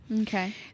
okay